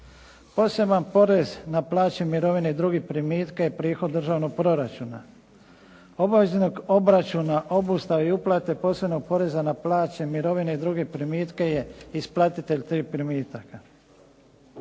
Poseban porez na plaće, mirovine i druge primitke je prihod državnog proračuna. Obaveznog obračuna, obustave i uplate posebnog poreza na plaće, mirovine i druge primitke je isplatitelj tih primitaka.